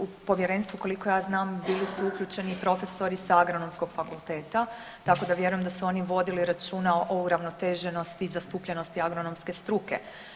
U povjerenstvu koliko ja znam bili su uključeni i profesori sa Agronomskog fakulteta tako da vjerujem da su oni vodili računa o uravnoteženosti i zastupljenosti agronomske struke.